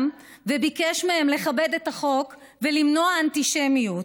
וביקש מהם לכבד את החוק ולמנוע אנטישמיות,